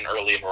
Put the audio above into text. early